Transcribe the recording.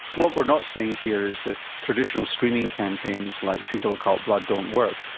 what we're not seeing here is that traditional screening campaigns like faecal occult blood don't work.